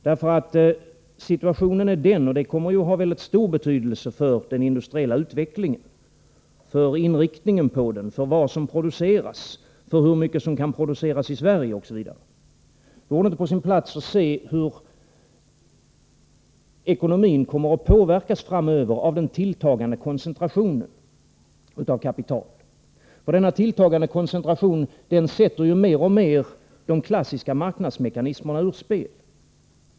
Vore det inte på sin plats att se hur ekonomin framöver kommer att påverkas av den tilltagande koncentrationen av kapital, eftersom detta kommer att ha mycket stor betydelse i den industriella utvecklingen: för inriktningen, för vad som produceras och för hur mycket som kan produceras i Sverige, osv.? Den tilltagande koncentrationen sätter ju mer och mer de klassiska marknadsmekanismerna ur spel.